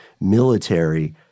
military